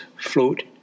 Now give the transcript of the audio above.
float